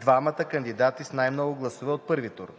двамата кандидати с най-много гласове от първия тур.